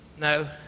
no